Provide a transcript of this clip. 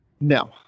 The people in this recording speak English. No